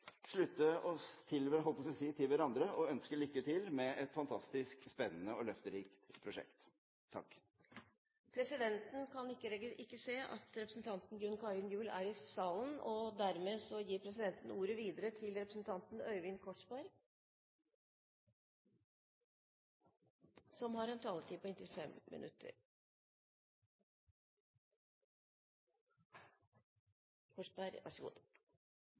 slutte oss – jeg holdt på å si – til hverandre og ønske lykke til med et fantastisk spennende og løfterikt prosjekt. Presidenten kan ikke se at representanten Gunn Karin Gjul er i salen, og dermed gir presidenten ordet videre til representanten Øyvind Korsberg, som har en taletid på inntil 5 minutter. Vær så god.